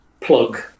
plug